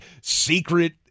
secret